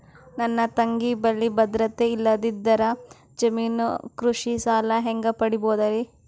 ನನ್ನ ತಂಗಿ ಬಲ್ಲಿ ಭದ್ರತೆ ಇಲ್ಲದಿದ್ದರ, ಜಾಮೀನು ಕೃಷಿ ಸಾಲ ಹೆಂಗ ಪಡಿಬೋದರಿ?